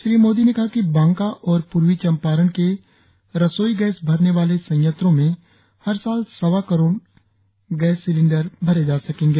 श्री मोदी ने कहा कि बांका और प्रर्वी चंपारण के रसोई गैस भरने वाले संयंत्रों में हर साल सवा करोड़ गैस सिलेंण्डर भरे जा सकेंगे